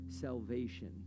salvation